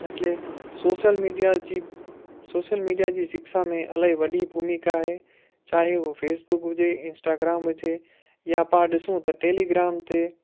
एटले social media जी social media जी शिक्षा में इलाही वॾी भूमिका आहे चाहे उहो फ़ेसबुक हुजे इंस्टाग्राम हुजे या पाणि ॾिसूं त टैलीग्राम ते